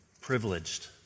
privileged